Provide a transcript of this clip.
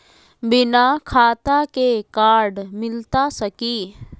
बिना खाता के कार्ड मिलता सकी?